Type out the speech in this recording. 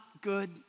good